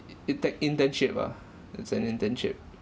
inter~ internship ah it's an internship